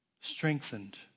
strengthened